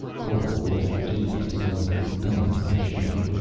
cole rolled the tube up slowly, numbed with shock.